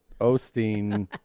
Osteen